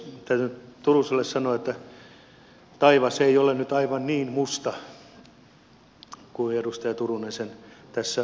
täytyy turuselle sanoa että taivas ei ole nyt aivan niin musta kuin edustaja turunen sen tässä kuvasi